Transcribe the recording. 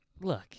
Look